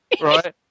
right